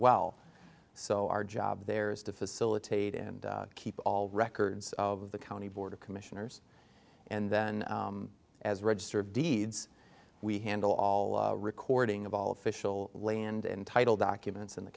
well so our job there is to facilitate and keep all records of the county board of commissioners and then as register of deeds we handle all recording of all official land and title documents in the